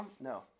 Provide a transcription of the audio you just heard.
no